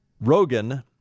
Rogan